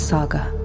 Saga